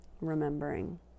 remembering